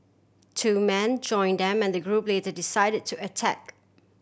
two man join them and the group later decided to attack